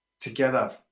together